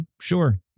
sure